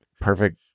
perfect